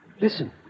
Listen